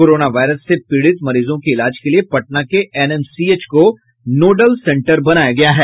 corona virus से पीड़ित मरीजों के इलाज के लिए पटना के एनएमसीएच को नोडल सेंटर बनाया गया है